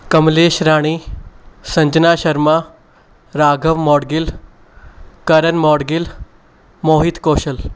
Kamlesh Rani Sanjana Sharma Raghav Moudgil Karan Moudgil Mohit Kaushal